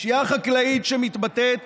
הפשיעה החקלאית שמתבטאת